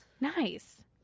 Nice